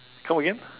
come again